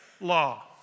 law